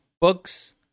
books